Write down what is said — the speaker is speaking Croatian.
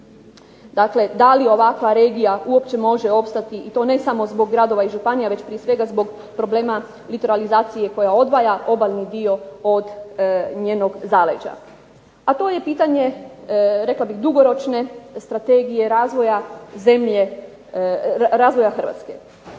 dakle, da li ovakva regija uopće može opstati i to ne samo zbog radova županija već prije svega zbog problema literalizacije koja odvaja obalni dio od njenog zaleđa, a to je pitanje dugoročne strategije razvoja Hrvatske.